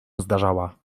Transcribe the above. zdarzała